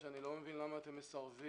שאני לא מבין למה אתם מסרבים